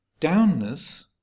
Downness